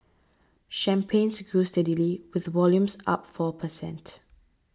champagnes grew steadily with volumes up four per cent